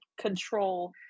control